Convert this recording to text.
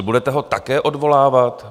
Budete ho také odvolávat?